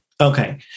Okay